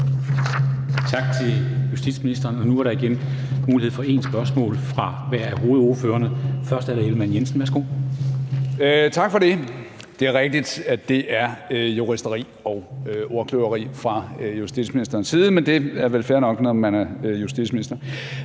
Tak til justitsministeren. Nu er der igen mulighed for ét spørgsmål fra hver af hovedordførerne. Først er det hr. Jakob Ellemann-Jensen. Værsgo. Kl. 13:29 Jakob Ellemann-Jensen (V): Tak for det. Det er rigtigt, at det er juristeri og ordkløveri fra justitsministerens side, men det er vel fair nok, når man er justitsminister.